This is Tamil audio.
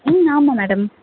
ம் ஆமாம் மேடம்